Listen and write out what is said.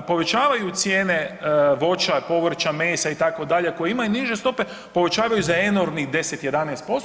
povećavaju cijene voća, povrća, mesa itd. koji imaju niže stope, povećavaju za enormnih 10, 11%